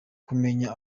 kumenya